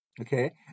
Okay